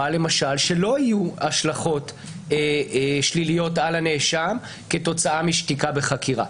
למשל שלא יהיו השלכות שליליות על הנאשם כתוצאה משתיקה בחקירה.